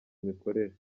imikorere